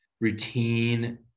routine